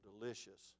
delicious